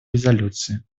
резолюции